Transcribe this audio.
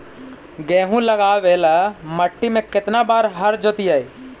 गेहूं लगावेल मट्टी में केतना बार हर जोतिइयै?